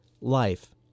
life